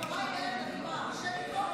שני שמות,